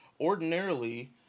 Ordinarily